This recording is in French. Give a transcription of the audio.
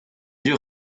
dur